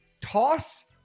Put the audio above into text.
toss